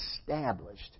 established